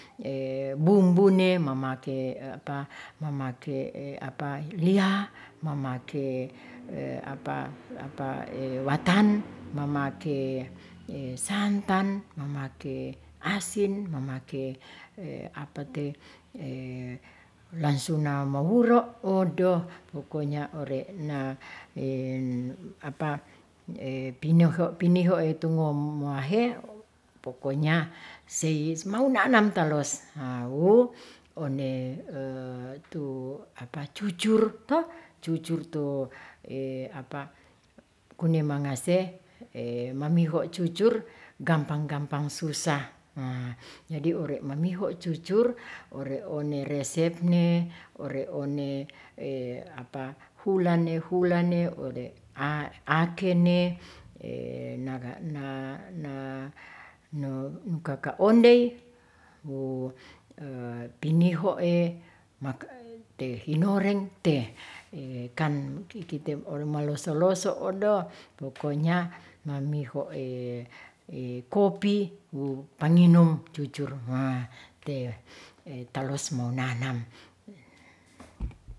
Bumbune mamake, lia, mamake watan, mamake santan, mamake asin, mamake langsuna mawuro'. Odoh pokonya ore' piniho etungomahe pokonya sei mau nanam talos. wo onde cucur tu kunemangase mamiho cucur gampang-gampang susah. jadi ore' mamiho cucur ore' one resep ne, ore' one hulane hulane, ore' akene na kakaondei wo pinihoee te hinoreng te kan kitw maloso loso odoh pokonya mamiho kopi wo panginum cucur te talos mo nanam.